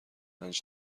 پنج